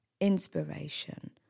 inspiration